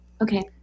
Okay